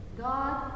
God